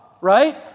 Right